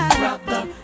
brother